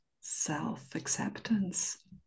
self-acceptance